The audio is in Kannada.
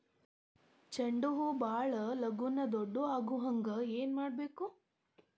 ಚಂಡ ಹೂ ಭಾಳ ಲಗೂನ ದೊಡ್ಡದು ಆಗುಹಂಗ್ ಏನ್ ಮಾಡ್ಬೇಕು?